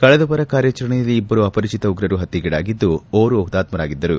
ಕಳೆದ ವಾರ ಕಾರ್ಯಾಚರಣೆಯಲ್ಲಿ ಇಬ್ಬರು ಅಪರಿಚಿತ ಉಗ್ರರು ಹತ್ತೆಗೀಡಾಗಿದ್ದು ಓರ್ವ ಹುತಾತ್ತರಾಗಿದ್ದರು